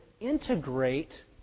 integrate